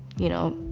you know,